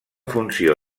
funció